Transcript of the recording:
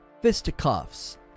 fisticuffs